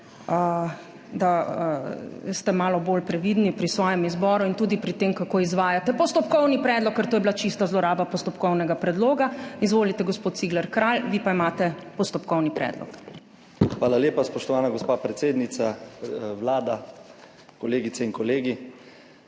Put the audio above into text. da ste malo bolj previdni pri svojem izboru in tudi pri tem, kako izvajate postopkovni predlog, ker to je bila čista zloraba postopkovnega predloga. Izvolite, gospod Cigler Kralj, vi pa imate postopkovni predlog. **JANEZ CIGLER KRALJ (PS NSi):** Hvala lepa, spoštovana gospa predsednica Vlada, kolegice in kolegi!